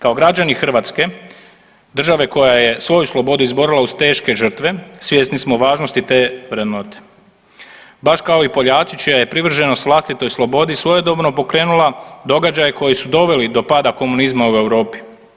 Kao građani Hrvatske, države koja je svoju slobodu izborila uz teške žrtve svjesni smo važnosti te vrednote baš kao i Poljaci čija je privrženost vlastitoj slobodi svojedobno pokrenula događaje koji su doveli do pada komunizma u Europi.